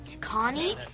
Connie